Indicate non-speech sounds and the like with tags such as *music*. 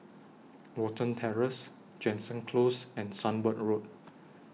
*noise* Watten Terrace Jansen Close and Sunbird Road